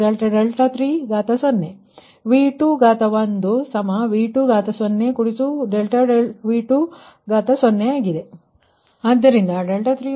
837 ಡಿಗ್ರಿಗೆ ಸಮಾನವಾಗಿರುತ್ತದೆ 0 2